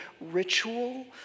ritual